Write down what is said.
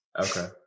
Okay